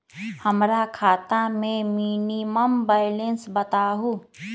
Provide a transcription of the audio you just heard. हमरा खाता में मिनिमम बैलेंस बताहु?